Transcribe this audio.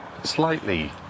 slightly